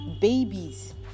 babies